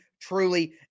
truly